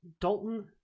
Dalton